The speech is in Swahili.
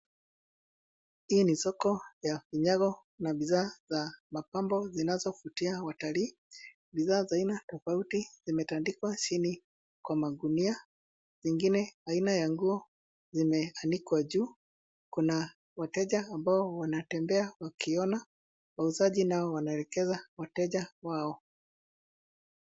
Hii ni soko ya vinyago na bidhaa za mapambo zinazovutia watalil. Bidhaa za aina tofauti zimetandikwa chini kwa magunia, zingine aina ya nguo zimeanikwa juu. Kuna wateja ambao wanatembea wakiona. Wauzaji nao wanaelekeza wateja wao.